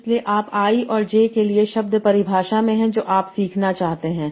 इसलिए आप i और j के लिए शब्द परिभाषा में हैं जो आप सीखना चाहते हैं